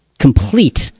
complete